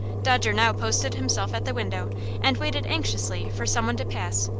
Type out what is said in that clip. dodger now posted himself at the window and waited anxiously for some one to pass,